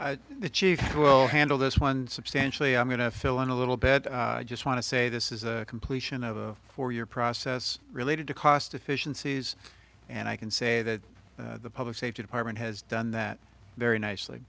thanks the chief well handle this one substantially i'm going to fill in a little bit i just want to say this is the completion of a four year process related to cost efficiencies and i can say that the public safety department has done that very nicely